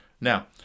Now